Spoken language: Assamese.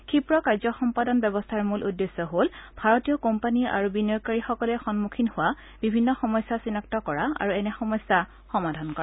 ক্ষীপ্ৰ কাৰ্যসম্পাদন ব্যৱস্থাৰ মূল উদ্দেশ্য হ'ল ভাৰতীয় কোম্পানী আৰু বিনিয়োগকাৰীসকলে সন্মুখীন হোৱা বিভিন্ন সমস্যা চিনাক্ত কৰা আৰু এনে সমস্যা সমাধান কৰা